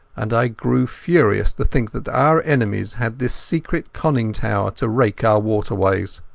and i grew furious to think that our enemies had this secret conning-tower to rake our waterways.